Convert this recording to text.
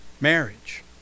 marriage